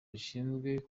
zishinzwe